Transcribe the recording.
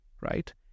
right